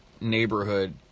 neighborhood